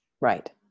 Right